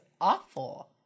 awful